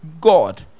God